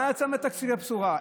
מה יצא מתקציב הבשורה?